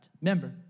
Remember